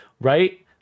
right